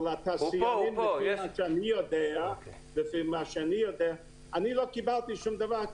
אבל אני יודע שאני לא קיבלתי שום דבר.